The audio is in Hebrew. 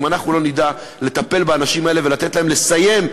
אם לא נדע לטפל באנשים האלה ולתת להם לסיים,